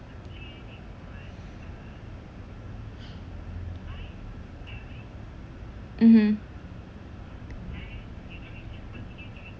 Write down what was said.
mmhmm